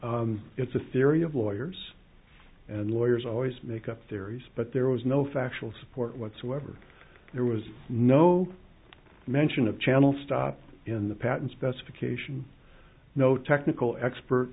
y it's a theory of lawyers and lawyers always make up their ears but there was no factual support whatsoever there was no mention of channel stop in the patent specification no technical